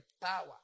power